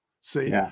See